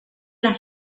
las